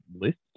list